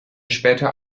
später